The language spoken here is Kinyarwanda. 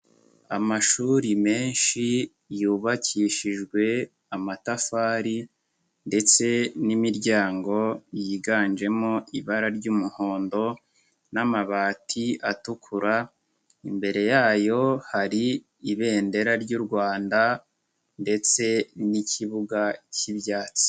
Amashuri menshi yubakishijwe amatafari, ndetse n'imiryango yiganjemo ibara ry'umuhondo, n'amabati atukura, imbere yayo hari Ibendera ry'u Rwanda ndetse n'ikibuga k'ibyatsi.